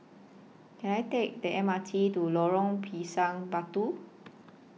Can I Take The M R T to Lorong Pisang Batu